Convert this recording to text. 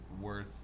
worth